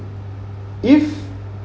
if